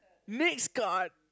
next card